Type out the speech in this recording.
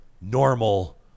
normal